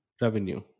revenue